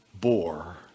bore